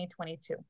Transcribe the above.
2022